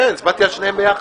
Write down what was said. כן, הצבעתי על שתיהן ביחד,